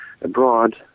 abroad